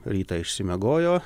rytą išsimiegojo